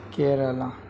Kerala